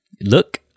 look